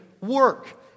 work